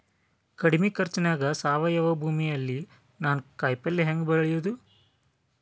ಕಡಮಿ ಖರ್ಚನ್ಯಾಗ್ ಸಾವಯವ ಭೂಮಿಯಲ್ಲಿ ನಾನ್ ಕಾಯಿಪಲ್ಲೆ ಹೆಂಗ್ ಬೆಳಿಯೋದ್?